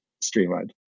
streamlined